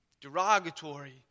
Derogatory